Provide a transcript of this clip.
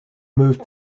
moved